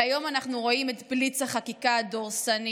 והיום אנחנו רואים את בליץ החקיקה הדורסני